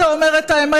אתה אומר את האמת,